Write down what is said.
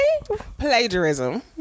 Plagiarism